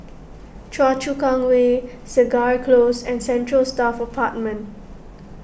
Choa Chu Kang Way Segar Close and Central Staff Apartment